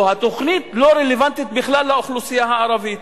או התוכנית לא רלוונטית בכלל לאוכלוסייה הערבית.